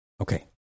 okay